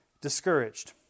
discouraged